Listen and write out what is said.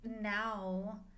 now